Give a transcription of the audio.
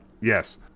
Yes